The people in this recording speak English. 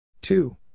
Two